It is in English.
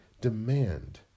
demand